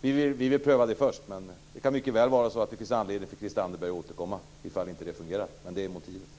Vi vill pröva det först. Men det kan mycket väl finnas anledning för Christel Anderberg att återkomma om den lösningen inte fungerar.